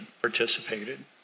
participated